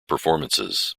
performances